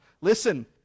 Listen